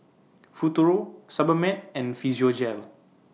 Futuro Sebamed and Physiogel